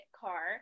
car